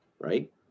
Right